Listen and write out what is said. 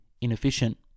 inefficient